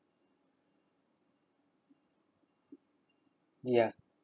ya